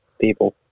people